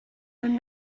mewn